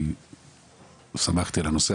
אני שמחתי על הנושא,